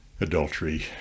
Adultery